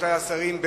רבותי השרים,